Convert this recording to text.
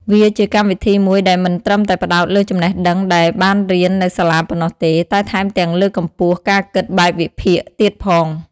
វាជាកម្មវិធីមួយដែលមិនត្រឹមតែផ្ដោតលើចំណេះដឹងដែលបានរៀននៅសាលាប៉ុណ្ណោះទេ តែថែមទាំងលើកកម្ពស់ការគិតបែបវិភាគទៀតផង។